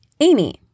Amy